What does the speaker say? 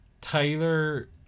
Tyler